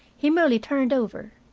he merely turned over.